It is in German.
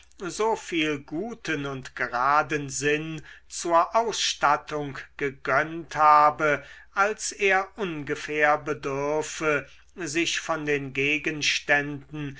so viel guten und geraden sinn zur ausstattung gegönnt habe als er ungefähr bedürfe sich von den gegenständen